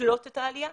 לקלוט אותם,